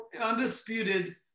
undisputed